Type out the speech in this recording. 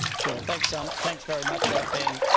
sure, thanks ah um thanks very much ah ben.